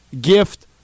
gift